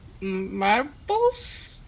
marbles